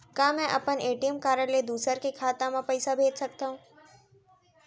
का मैं अपन ए.टी.एम कारड ले दूसर के खाता म पइसा भेज सकथव?